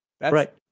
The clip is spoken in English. Right